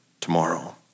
tomorrow